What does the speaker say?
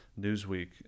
newsweek